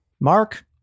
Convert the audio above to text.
Mark